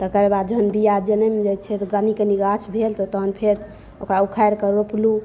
तकरबाद जहन बिया जनैम जाइ छै कनी कनी गाछ भेल तऽ तहन फेर ओकरा उखारि कऽ रोपलहुॅं